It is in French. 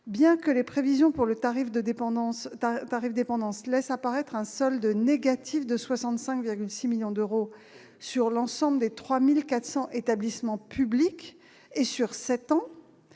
Bien que les prévisions pour le tarif dépendance laissent apparaître un solde négatif de 65,6 millions d'euros pour l'ensemble des 3 400 établissements publics sur sept ans,